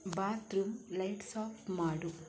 bathroom lights off ಮಾಡು